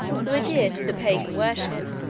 who adhered to the pagan worship,